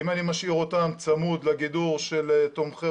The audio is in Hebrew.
אם אני משאיר אותם צמוד לגידור של תומכי